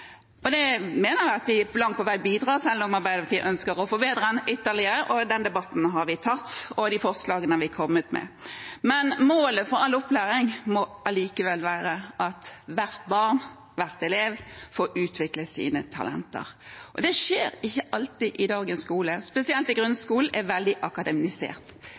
Det mener jeg at vi langt på vei bidrar til, selv om Arbeiderpartiet ønsker å forbedre denne ytterligere; den debatten har vi tatt, og de forslagene har vi kommet med. Men målet for all opplæring må allikevel være at hvert barn og hver elev får utvikle sine talenter. Det skjer ikke alltid i dagens skole, spesielt grunnskolen er veldig akademisert.